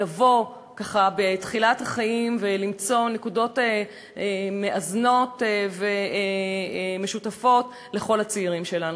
לבוא בתחילת החיים ולמצוא נקודות מאזנות ומשותפות לכל הצעירים שלנו.